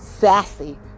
sassy